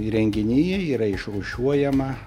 įrenginyje yra išrūšiuojama